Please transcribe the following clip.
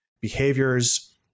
behaviors